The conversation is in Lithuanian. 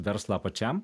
verslą pačiam